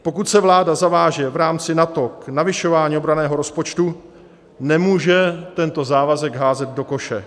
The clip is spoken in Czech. Pokud se vláda zaváže v rámci NATO k navyšování obranného rozpočtu, nemůže tento závazek házet do koše.